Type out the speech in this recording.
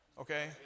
Okay